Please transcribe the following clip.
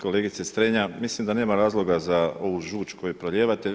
Kolegice Strenja, mislim da nema razloga za ovu žuč koju prolijevate.